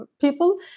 people